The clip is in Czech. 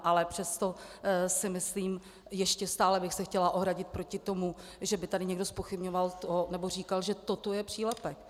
Ale přesto si myslím ještě stále bych se chtěla ohradit proti tomu, že by tady někdo zpochybňoval nebo říkal, že toto je přílepek.